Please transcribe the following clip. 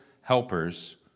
helpers